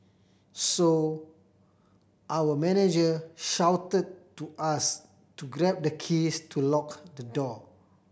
so our manager shouted to us to grab the keys to lock the door